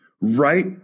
right